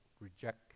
reject